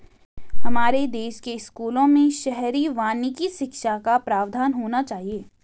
हमारे देश के स्कूलों में शहरी वानिकी शिक्षा का प्रावधान होना चाहिए